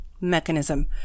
mechanism